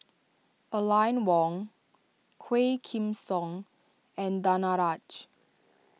Aline Wong Quah Kim Song and Danaraj